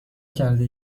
کرده